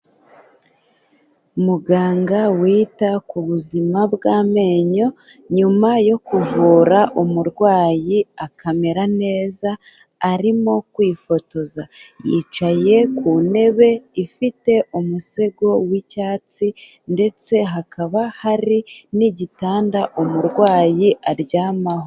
Muganga wita ku buzima bw'amenyo nyuma yo kuvura umurwayi akamera neza arimo kwifotoza, yicaye ku ntebe ifite umusego w'icyatsi ndetse hakaba hari n'igitanda umurwayi aryamaho.